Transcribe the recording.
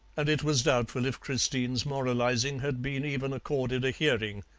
and it was doubtful if christine's moralizing had been even accorded a hearing.